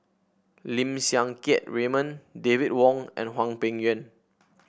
Lim Siang Keat Raymond David Wong and Hwang Peng Yuan